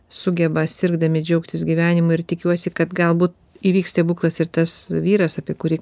sugeba sirgdami džiaugtis gyvenimu ir tikiuosi kad galbūt įvyks stebuklas ir tas vyras apie kurį